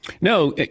No